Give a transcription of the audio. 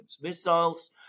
missiles